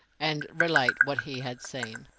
and relate what he had seen.